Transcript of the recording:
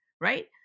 right